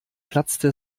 platzte